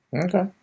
Okay